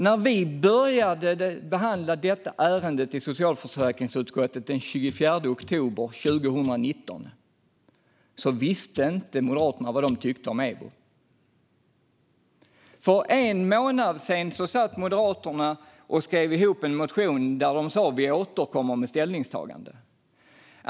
När vi började att behandla detta ärende i socialförsäkringsutskottet den 24 oktober 2019 visste inte Moderaterna vad de tyckte om EBO. För en månad sedan satt Moderaterna och skrev ihop en motion där de sa att de skulle återkomma med ställningstaganden.